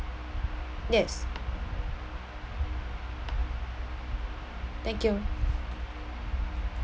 yes thank you